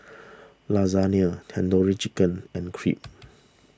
Lasagne Tandoori Chicken and Crepe